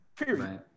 period